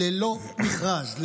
ללא מכרז,